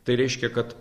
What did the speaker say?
tai reiškia kad